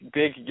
big